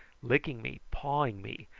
licking me, pawing me,